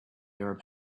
arab